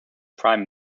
prime